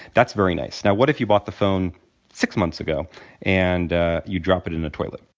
that's very nice. now what if you bought the phone six months ago and you drop it in a toilet?